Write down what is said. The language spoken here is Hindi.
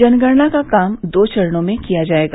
जनगणना का काम दो चरणों में किया जाएगा